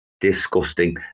disgusting